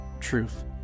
truth